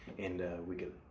and we could